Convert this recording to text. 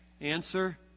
Answer